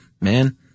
man